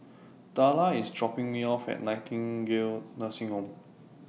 Darla IS dropping Me off At Nightingale Nursing Home